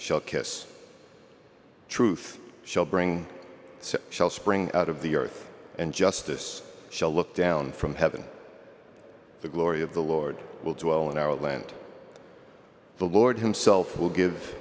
kiss truth shall bring shall spring out of the earth and justice shall look down from heaven the glory of the lord will dwell in our land the lord himself will give